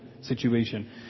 situation